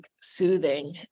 soothing